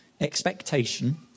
expectation